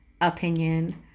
opinion